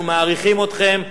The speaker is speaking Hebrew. אנחנו מעריכים אתכם,